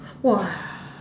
!wah!